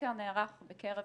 הסקר נערך בקרב